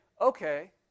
okay